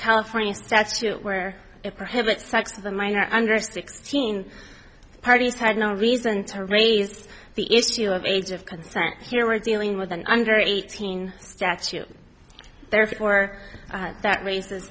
california statute where it prohibits sex of a minor under sixteen parties had no reason to raise the issue of age of consent here we're dealing with an under eighteen statute therefore that raises